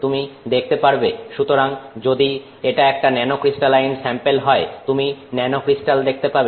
তুমি দেখতে পারবে সুতরাং যদি এটা একটা ন্যানোক্রিস্টালাইন স্যাম্পেল হয় তুমি ন্যানোক্রিস্টাল দেখতে পাবে